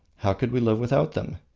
how could we live without them?